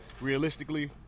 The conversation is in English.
realistically –